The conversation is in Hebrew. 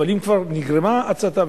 אבל אם כבר נגרמה הצתה,